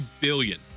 billion